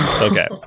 Okay